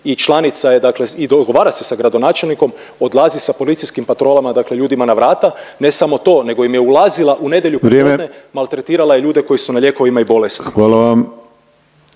i članica je, dakle i dogovara se sa gradonačelnikom odlazi sa policijskim patrolama, dakle ljudima na vrata. Ne samo to, nego im je ulazila u nedjelju popodne … …/Upadica Penava: Vrijeme!/… … maltretirala je ljude koji su na lijekovima i bolesni. **Penava,